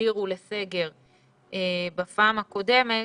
שהגדירו לסגר בפעם הקודמת.